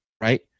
Right